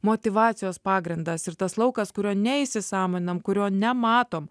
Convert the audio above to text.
motyvacijos pagrindas ir tas laukas kurio neįsisąmoninam kurio nematom